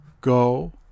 go